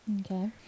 Okay